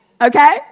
Okay